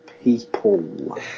people